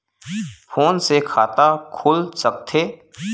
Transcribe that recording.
Phone से खाता खुल सकथे?